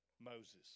Moses